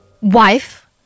Wife